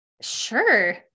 Sure